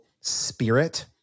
spirit